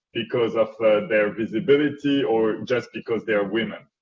because of their visibility, or just because they are women.